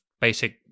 basic